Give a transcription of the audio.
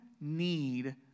need